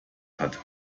hat